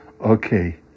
Okay